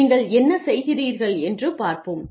நீங்கள் என்ன செய்கிறீர்கள் என்று பார்ப்போம்